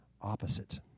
opposite